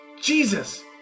Jesus